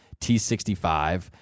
T65